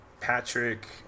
Patrick